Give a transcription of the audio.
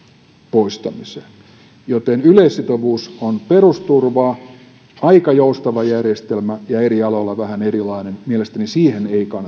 poistamiseen joten yleissitovuus on perusturvaa ja aika joustava järjestelmä ja eri aloilla vähän erilainen mielestäni siihen